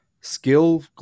skill